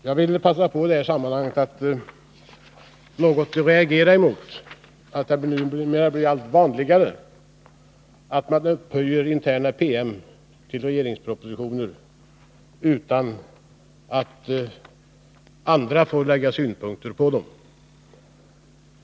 Jag vill i detta sammanhang passa på att något reagera mot att det numera blivit allt vanligare att man upphöjer interna PM till regeringspropositioner utan att några andra får lägga synpunkter på dem.